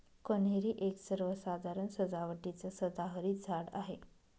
कन्हेरी एक सर्वसाधारण सजावटीचं सदाहरित झाड आहे